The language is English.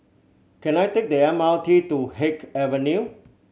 can I take the M R T to Haig Avenue